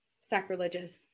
sacrilegious